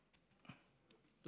בבקשה.